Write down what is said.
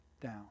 down